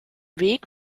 weg